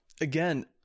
again